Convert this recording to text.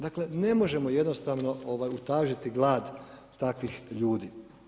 Dakle, ne možemo jednostavno utažiti glad takvih ljudi.